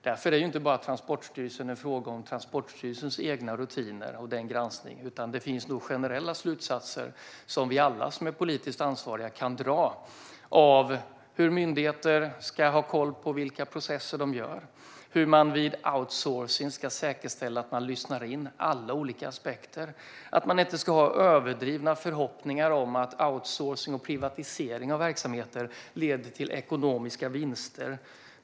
Därför är det här inte enbart en fråga om en granskning av Transportstyrelsens rutiner. Det finns nog generella slutsatser som vi alla politiskt ansvariga kan dra av hur myndigheter ska ha koll på processer, hur man vid outsourcing ska säkerställa att man lyssnar in alla olika aspekter, att man inte ska ha överdrivna förhoppningar om att outsourcing och privatisering av verksamheter leder till ekonomiska vinster.